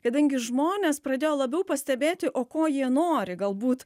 kadangi žmonės pradėjo labiau pastebėti o ko jie nori galbūt